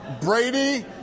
Brady